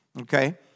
okay